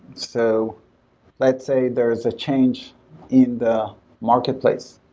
so let's say there is a change in the marketplace,